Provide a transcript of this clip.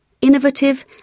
innovative